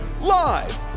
live